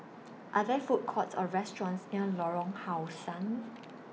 Are There Food Courts Or restaurants near Lorong How Sun